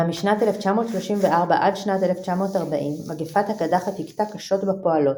אולם משנת 1934 עד שנת 1940 מגפת הקדחת הכתה קשות בפועלות.